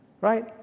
Right